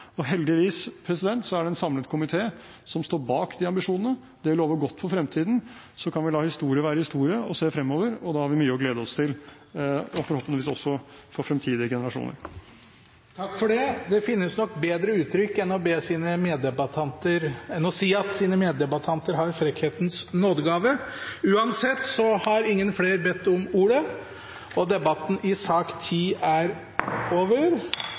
og heldigvis er det en samlet komité som står bak de ambisjonene. Det lover godt for fremtiden – så kan vi la historie være historie og se fremover, og da har vi mye å glede oss til – og forhåpentligvis også for fremtidige generasjoner. Det finnes nok bedre uttrykk enn å si om sine meddebattanter at de har «frekkhetens nådegave». Flere har ikke bedt om ordet til sak nr. 10. Etter ønske fra transport- og